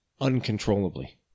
uncontrollably